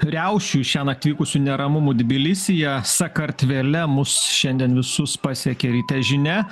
riaušių šiąnakt vykusių neramumų tbilisyje sakartvele mus šiandien visus pasiekė ryte žinia